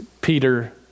Peter